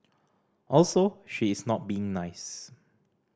also she is not being nice